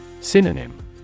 Synonym